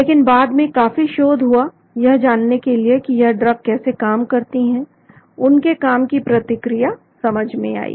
लेकिन बाद में काफी शोध हुआ यह जानने के लिए कि यह ड्रग कैसे काम करती हैं उनके काम की प्रतिक्रिया समझ में आई